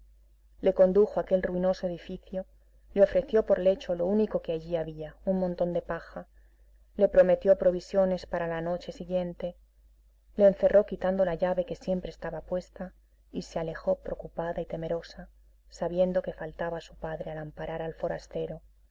le condujo a aquel ruinoso edificio le ofreció por lecho lo único que allí había un montón de paja le prometió provisiones para la noche siguiente le encerró quitando la llave que siempre estaba puesta y se alejó preocupada y temerosa sabiendo que faltaba a su padre al amparar al forastero